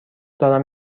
دارم